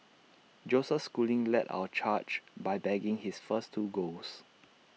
Joseph schooling led our charge by bagging his first two golds